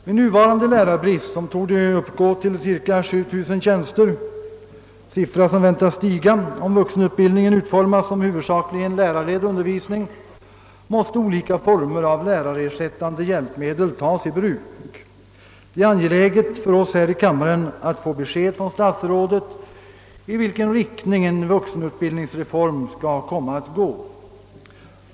Vid nuvarande lärarbrist — som torde uppgå till cirka 7000 tjänster; en siffra som väntas stiga om vuxenutbildningen utformas som huvudsakligen lärarledd undervisning — måste olika former av lärarersättande hjälpmedel tas i bruk. Det är därför angeläget för oss här i kammaren att få ett besked från statsrådet om i vilken riktning vuxenutbildningsreformen skall komma att gå.